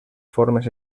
formes